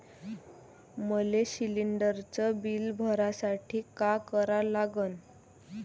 मले शिलिंडरचं बिल बघसाठी का करा लागन?